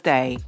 Day